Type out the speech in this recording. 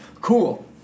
cool